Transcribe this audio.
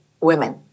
women